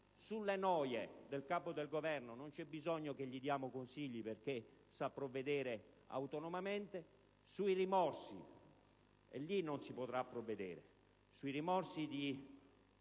sulle noie del Capo del Governo non c'è bisogno che gli diamo consigli perché sa provvedere autonomamente; sui rimorsi, lì non si potrà provvedere: sui rimorsi per